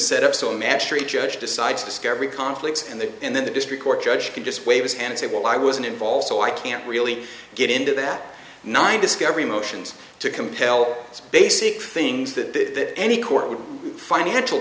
set up so a match or a judge decides discovery conflicts and the and then the district court judge could just wave his hand say well i wasn't involved so i can't really get into that nine discovery motions to compel basic things that any court would financial